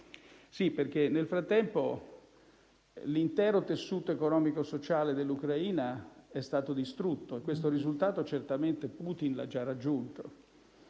perché nel frattempo l'intero tessuto economico-sociale dell'Ucraina è stato distrutto. Questo risultato certamente Putin lo ha già raggiunto: